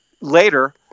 later